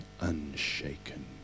unshaken